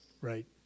Right